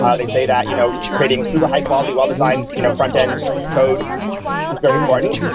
um they say that you know creating super high quality, well-designed you know frontend code is very important,